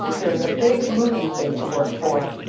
there is a big, moving thing to work for.